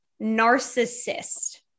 narcissist